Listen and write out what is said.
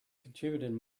contributed